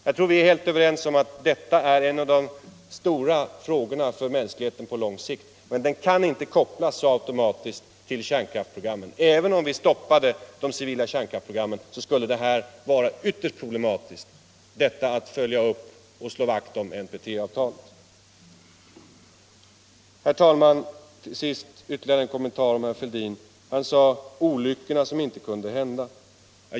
Jag tror att vi är helt överens om att kärnvapenspridningen är en av de stora frågorna för mänskligheten på lång sikt. Men den kan inte kopplas så automatiskt till kärnkraftsprogrammen. Även om vi stoppade de civila kärnkraftsprogrammen skulle det vara ytterst problematiskt att följa upp och slå vakt om NPT-avtalet. Till sist, herr talman, ytterligare en kommentar till herr Fälldin. Han talade om olyckorna som inte kunde hända.